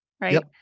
Right